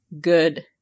good